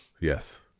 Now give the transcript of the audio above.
yes